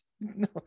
no